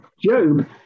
Job